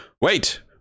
Wait